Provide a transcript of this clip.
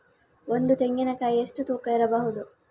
ಒಂದು ತೆಂಗಿನ ಕಾಯಿ ಎಷ್ಟು ತೂಕ ಬರಬಹುದು?